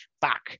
back